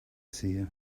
seer